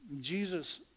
Jesus